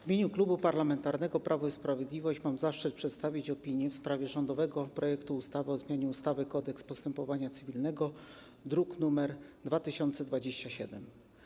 W imieniu Klubu Parlamentarnego Prawo i Sprawiedliwość mam zaszczyt przedstawić opinię w sprawie rządowego projektu ustawy o zmianie ustawy - Kodeks postępowania cywilnego, druk nr 2027.